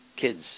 kids